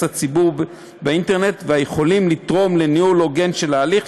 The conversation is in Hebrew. הציבור באינטרנט ויכולים לתרום לניהול הוגן של ההליך,